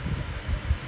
like you know like people